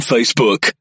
Facebook